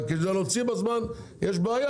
רק כדי להוציא בזמן יש בעיה,